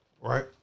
right